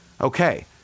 Okay